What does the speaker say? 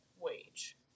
wage